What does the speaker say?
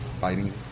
fighting